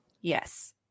Yes